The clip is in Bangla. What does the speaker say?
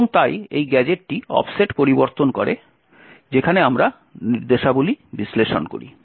এবং তাই এই গ্যাজেটটি অফসেট পরিবর্তন করে যেখানে আমরা নির্দেশাবলী বিশ্লেষণ করি